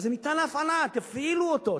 אז זה ניתן להפעלה, תפעילו אותו.